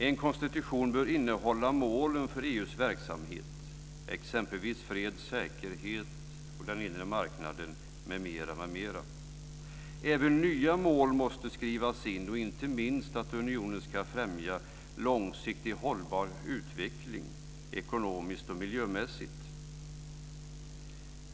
En konstitution bör innehålla målen för EU:s verksamhet - fred och säkerhet, den inre marknaden m.m. Även nya mål måste skrivas in, inte minst att unionen ska främja en långsiktigt hållbar utveckling ekonomiskt och miljömässigt.